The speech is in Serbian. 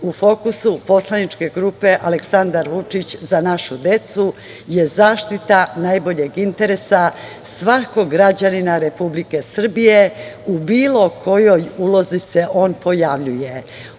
u fokusu poslaničke grupe „Aleksandar Vučić – Za našu decu“ je zaštita najboljeg interesa svakog građanina Republike Srbije u bilo kojoj ulozi se on pojavljuje.